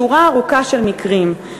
שורה ארוכה של מקרים,